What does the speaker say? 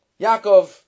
Yaakov